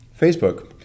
Facebook